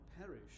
perish